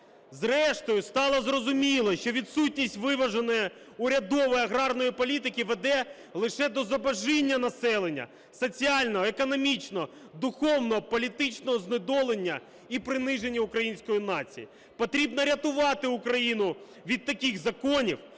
"Зрештою стало зрозуміло, що відсутність виваженої урядової аграрної політики веде лише до зубожіння населення, соціального, економічного, духовного, політичного знедолення і приниження української нації. Потрібно рятувати Україну від таких законів